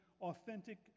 authentic